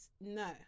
no